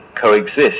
coexist